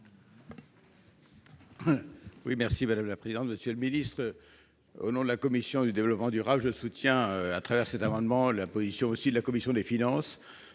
Oui merci madame la présidente, monsieur le ministre, au nom de la commission du développement durable, je soutiens à travers cet amendement la position aussi de la commission des finances